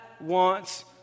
wants